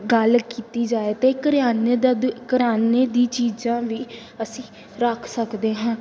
ਗੱਲ ਕੀਤੀ ਜਾਵੇ ਤਾਂ ਕਰਿਆਨੇ ਦਾ ਦ ਕਰਿਆਨੇ ਦੀ ਚੀਜ਼ਾਂ ਵੀ ਅਸੀਂ ਰੱਖ ਸਕਦੇ ਹਾਂ